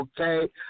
Okay